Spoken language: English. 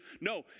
no